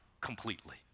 completely